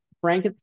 Frank